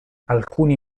alcuni